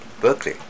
Berkeley